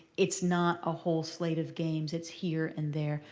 it's not a whole slate of games. it's here and there.